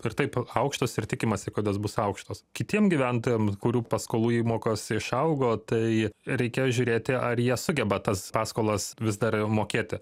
ir taip aukštos ir tikimasi kad jos bus aukštos kitiem gyventojam kurių paskolų įmokos išaugo tai reikia žiūrėti ar jie sugeba tas paskolas vis dar mokėti